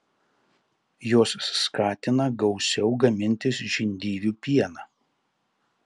jos skatina gausiau gamintis žindyvių pieną